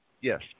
Yes